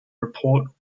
report